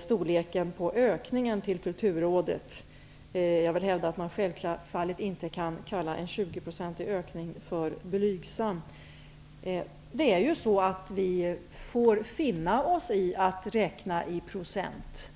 storleken på ökningen till Kulturrådet. Jag vill hävda att man självfallet inte kan kalla en 20-procentig ökning för blygsam. Vi får finna oss i att räkna i procent.